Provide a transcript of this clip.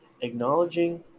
Acknowledging